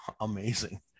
Amazing